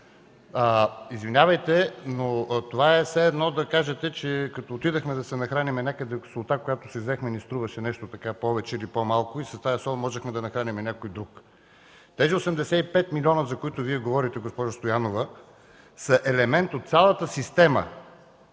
Извинявайте, но това е все едно да кажете, че като отидохме да се нахраним някъде, солта, която си взехме, ни струваше нещо, така, повече или по-малко и с тази сол можехме да нахраним и някой друг. Тези 85 милиона, за които Вие говорите, госпожо Стоянова, са елемент от цялата система